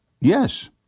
yes